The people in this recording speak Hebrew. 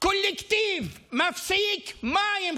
לקולקטיב מפסיקים מים,